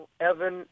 Evan